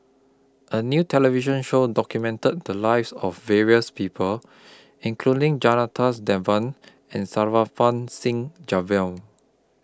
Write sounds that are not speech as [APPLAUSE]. A New television Show documented The Lives of various People including Janadas Devan and [UNINTELLIGIBLE] Singh [UNINTELLIGIBLE]